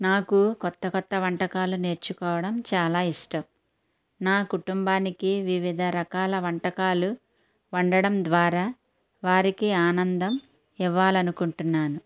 నాకు కొత్త కొత్త వంటకాలు నేర్చుకోవడం చాలా ఇష్టం నా కుటుంబానికి వివిధ రకాల వంటకాలు వండటం ద్వారా వారికీ ఆనందం ఇవ్వాలనుకుంటున్నాను